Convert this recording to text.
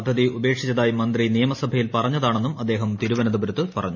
പദ്ധതി ഉപേക്ഷിച്ചതായി മന്ത്രി നിയമസഭയിൽ പറഞ്ഞതാണെന്നും അദ്ദേഹം തിരുവനന്തപുരത്ത് പറഞ്ഞു